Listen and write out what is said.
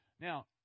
Now